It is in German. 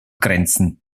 grenzen